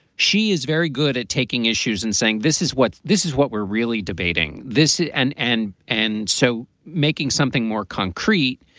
she is very good at taking issues and saying this is what this is what we're really debating this. and and and so making something more concrete,